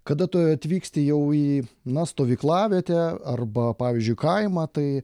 kada tu atvyksti jau į na stovyklavietę arba pavyzdžiui kaimą tai